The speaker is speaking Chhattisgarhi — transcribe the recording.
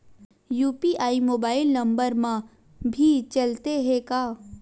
यू.पी.आई मोबाइल नंबर मा भी चलते हे का?